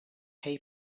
pay